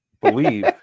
believe